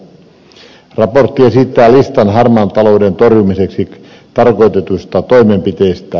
raportti esittää listan harmaan talouden torjumiseksi tarkoitetuista toimenpiteistä